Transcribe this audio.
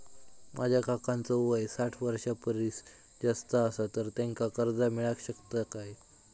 माझ्या काकांचो वय साठ वर्षां परिस जास्त आसा तर त्यांका कर्जा मेळाक शकतय काय?